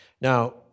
Now